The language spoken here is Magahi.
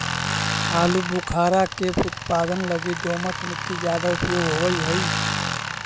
आलूबुखारा के उत्पादन लगी दोमट मट्टी ज्यादा उपयोग होवऽ हई